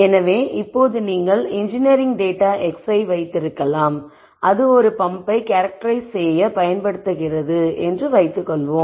எனவே இப்போது நீங்கள் இன்ஜினியரிங் டேட்டா xஐ வைத்திருக்கலாம் அது ஒரு பம்ப்பை கேரக்டெரைஸ் செய்ய பயன்படுகின்றது என்று வைத்துக்கொள்வோம்